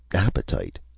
appetite?